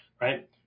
right